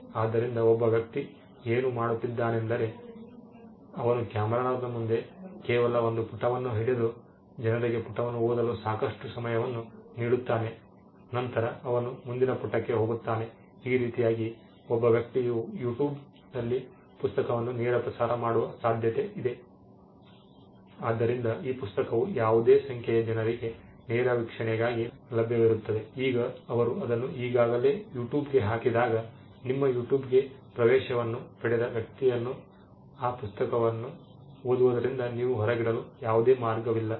ಆದ್ದರಿಂದ ಒಬ್ಬ ವ್ಯಕ್ತಿ ಏನು ಮಾಡುತ್ತಿದ್ದಾನೆಂದರೆ ಅವನು ಕ್ಯಾಮೆರಾದ ಮುಂದೆ ಕೇವಲ ಒಂದು ಪುಟವನ್ನು ಹಿಡಿದು ಜನರಿಗೆ ಪುಟವನ್ನು ಓದಲು ಸಾಕಷ್ಟು ಸಮಯವನ್ನು ನೀಡುತ್ತಾನೆ ನಂತರ ಅವನು ಮುಂದಿನ ಪುಟಕ್ಕೆ ಹೋಗುತ್ತಾನೆ ಈ ರೀತಿಯಾಗಿ ಒಬ್ಬ ವ್ಯಕ್ತಿಯು ಯುಟ್ಯೂಬ್ನಲ್ಲಿ ಪುಸ್ತಕವನ್ನು ನೇರ ಪ್ರಸಾರ ಮಾಡುವ ಸಾಧ್ಯತೆ ಇದೆ ಆದ್ದರಿಂದ ಈ ಪುಸ್ತಕವು ಯಾವುದೇ ಸಂಖ್ಯೆಯ ಜನರಿಗೆ ನೇರ ವೀಕ್ಷಣೆಗಾಗಿ ಲಭ್ಯವಿದೆ ಈಗ ಅವರು ಅದನ್ನು ಈಗಾಗಲೇ ಯುಟ್ಯೂಬ್ಗೆ ಹಾಕಿದಾಗ ನಿಮ್ಮ ಯುಟ್ಯೂಬ್ಗೆ ಪ್ರವೇಶವನ್ನು ಪಡೆದ ವ್ಯಕ್ತಿಯನ್ನು ಆ ಪುಸ್ತಕವನ್ನು ಓದುವುದರಿಂದ ನೀವು ಹೊರಗಿಡಲು ಯಾವುದೇ ಮಾರ್ಗವಿಲ್ಲ